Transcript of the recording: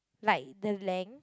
like the length